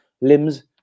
Limbs